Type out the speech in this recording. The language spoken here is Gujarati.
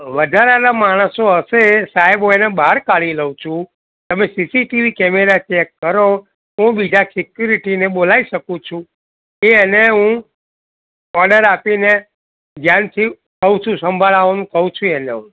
વધારાના સાહેબ હશે સાહેબ હું એને બહાર કાઢી લઉં છું તમે સીસીટીવી કેમેરા ચેક કરો હું બીજા સિક્યુરિટીને બોલાવી શકું છું એ એને હું ઓર્ડર આપીને યાદથી કહું છું સંભાળવાનું કહું છું એને હું